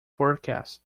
forecast